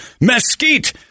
mesquite